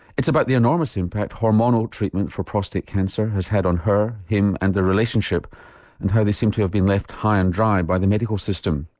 it's about the enormous impact hormonal treatment for prostate cancer has had on her, him and their relationship and how they seem to have been left high and dry by the medical system.